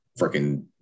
freaking